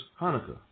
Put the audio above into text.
Hanukkah